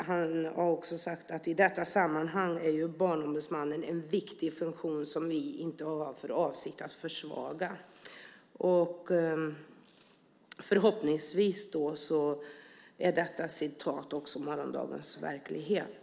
Han har också sagt: "I detta sammanhang har Barnombudsmannen en viktig funktion som vi inte har för avsikt att försvaga." Förhoppningsvis är detta citat också morgondagens verklighet.